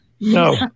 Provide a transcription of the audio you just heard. No